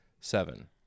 seven